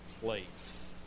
place